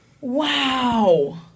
Wow